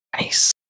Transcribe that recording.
Nice